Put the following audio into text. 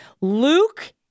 Luke